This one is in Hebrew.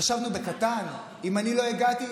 חשבנו בקטן: אם אני לא הגעתי,